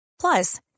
Plus